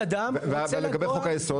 אדם רוצה לקבוע --- ולגבי חוק היסוד?